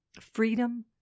Freedom